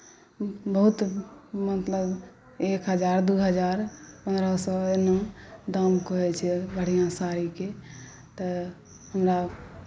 बहुत मतलब एक हजार दू हजार पन्द्रह सए एना दाम कहैत छै बढ़िआँ साड़ीके तऽ हमरा